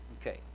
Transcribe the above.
Okay